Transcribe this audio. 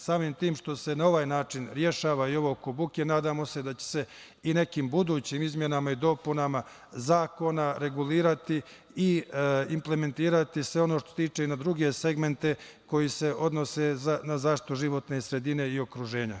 Samim tim što se na ovaj način rešava i ovo oko buke, nadamo se da će se i nekim budućim izmenama i dopunama zakona regulirati i implementirati sve ono što se tiče i na druge segmente koji se odnose na zaštitu životne sredine i okruženja.